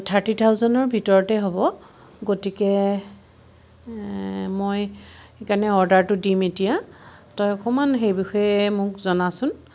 thirty থাউজেণ্ডৰ ভিতৰতে হ'ব গতিকে মই সেইকাৰণে অৰ্দাৰটো দিম এতিয়া তই অকণমান সেই বিষয়ে মোক জনাচোন